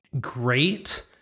great